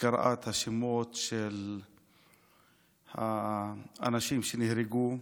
שקראה את השמות של האנשים שנהרגו.